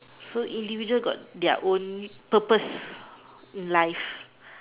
so individual got their own purpose in life